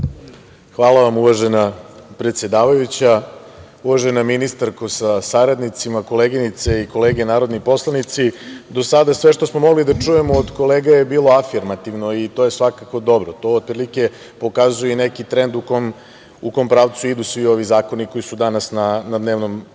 Hvala vam uvažena predsedavajuća. Uvažena ministarko sa saradnicima, koleginice i kolege narodni poslanici, do sada sve što smo mogli da čujemo od kolega je bilo afirmativno i to je svakako dobro. To otprilike pokazuje i neki trend u kome pravcu idu svi ovi zakoni koji su danas na dnevnom